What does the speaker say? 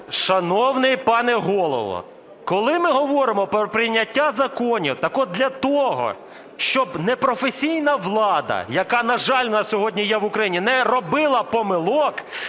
Шановний пане Голово, коли ми говоримо про прийняття законів, так от, для того, щоб непрофесійна влада, яка, на жаль, у нас сьогодні є в Україні, не робила помилок,